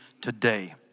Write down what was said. today